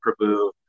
prabhu